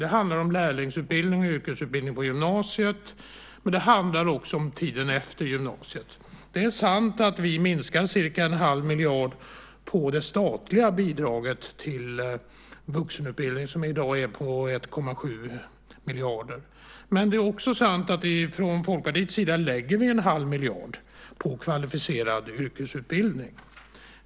Det handlar om lärlingsutbildning och yrkesutbildning på gymnasiet, men det handlar också om tiden efter gymnasiet. Det är sant att vi minskar det statliga bidraget till vuxenutbildningen, som i dag är på 1,7 miljarder, med ca 1⁄2 miljard. Men det är också sant att vi från Folkpartiets sida lägger 1⁄2 miljard på kvalificerad yrkesutbildning.